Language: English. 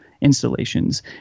installations